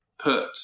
put